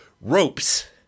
ropes